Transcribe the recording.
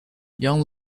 young